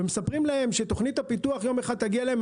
ומספרים להם שתוכנית הפיתוח תגיע אליהם יום אחד.